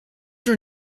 your